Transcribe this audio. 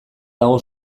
dago